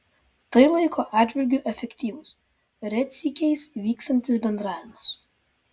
tai laiko atžvilgiu efektyvus retsykiais vykstantis bendravimas